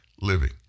living